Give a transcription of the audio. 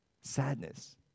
Sadness